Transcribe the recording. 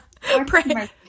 Pray